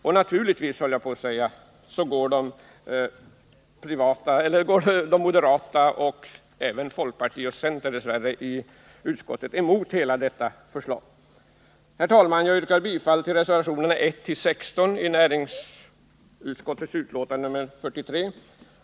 Och naturligtvis — låt mig säga det — går de moderata ledamöterna liksom även folkpartiets och centerpartiets ledamöter i utskottet emot hela detta förslag. Herr talman! Jag yrkar bifall till reservationerna 1—-16 vid näringsutskottets betänkande nr 43.